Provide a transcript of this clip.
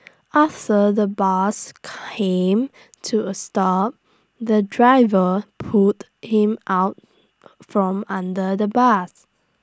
after the bus came to A stop the driver pulled him out from under the bus